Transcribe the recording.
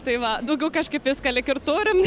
tai va daugiau kažkaip viską lyg ir turim